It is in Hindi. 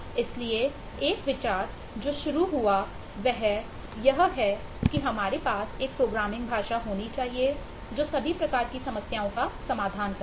इसलिए एक विचार जो शुरू हुआ वह यह है कि हमारे पास एक प्रोग्रामिंग भाषा होनी चाहिए जो सभी प्रकार की समस्याओं का समाधान करे